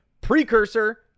precursor